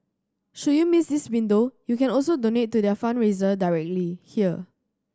should you miss this window you can also donate to their fundraiser directly here